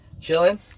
Chilling